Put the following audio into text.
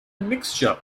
mixture